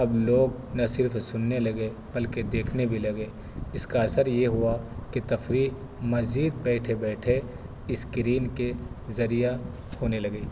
اب لوگ نہ صرف سننے لگے بلکہ دیکھنے بھی لگے اس کا اثر یہ ہوا کہ تفریح مزید بیٹھے بیٹھے اسکرین کے ذریعہ ہونے لگی